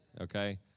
okay